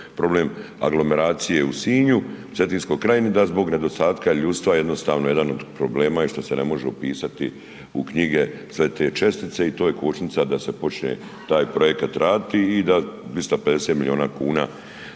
problem aglomeracije u Sinju, Cetinskoj krajini, da zbog nedostatka ljudstva jednostavno jedan od problema je što se ne može upisati u knjige sve te čestice i to je kočnica da se počne taj projekat raditi i da 250 milijuna kuna